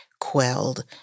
quelled